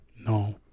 No